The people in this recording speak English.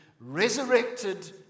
resurrected